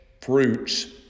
fruits